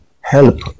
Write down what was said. help